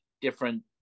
different